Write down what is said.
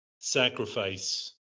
sacrifice